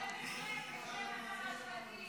2024, נתקבל.